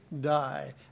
die